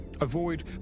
Avoid